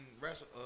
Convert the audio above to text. Wrestle